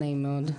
נעים מאוד.